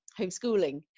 homeschooling